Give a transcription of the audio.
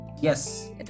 yes